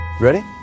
Ready